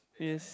yes